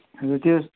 हुनु त्यो